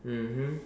mmhmm